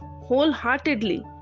wholeheartedly